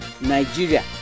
Nigeria